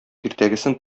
иртәгесен